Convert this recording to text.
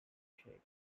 shape